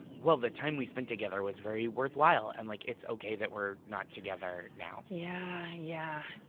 well the time we spent together was very worthwhile and like it's okay that we're not together now. yeah, yeah.